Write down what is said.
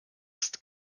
ist